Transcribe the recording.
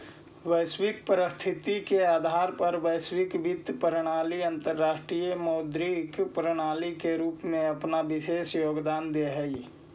वैश्विक परिस्थिति के आधार पर वैश्विक वित्तीय प्रणाली अंतरराष्ट्रीय मौद्रिक प्रणाली के रूप में अपन विशेष योगदान देऽ हई